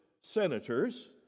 senators